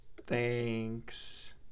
Thanks